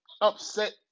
upset